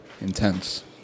intense